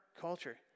culture